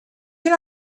can